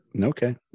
okay